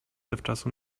zawczasu